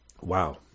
wow